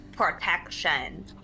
protection